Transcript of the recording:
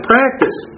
Practice